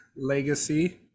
legacy